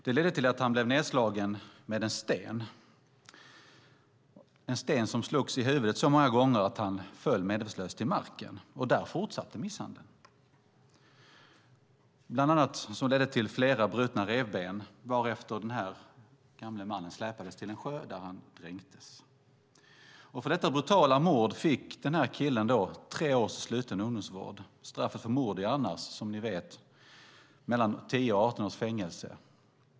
Det ledde till att han blev nedslagen med en sten i huvudet så många gånger att han föll medvetslös till marken. Där fortsatte misshandeln, som bland annat ledde till flera brutna revben. Därefter släpades den gamle mannen till en sjö där han dränktes. För detta brutala mord fick killen tre års sluten ungdomsvård. Straffet för mord är annars, som ni vet, mellan 10 och 18 års fängelse.